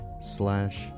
slash